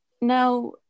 Now